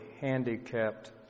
handicapped